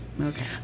Okay